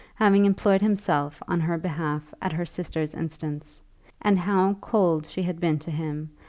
having employed himself on her behalf at her sister's instance and how cold she had been to him,